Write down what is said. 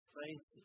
faith